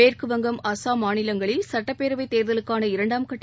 மேற்கு வங்கம் அஸ்ஸாம் மாநிலங்களில் சட்டப்பேரவைத் தேர்தலுக்கான இரண்டாம் கட்ட